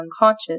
unconscious